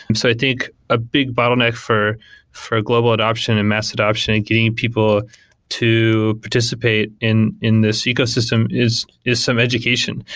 and so i think a big bottleneck for for global adoption and mass adoption and getting people to participate in in this ecosystem is is some education.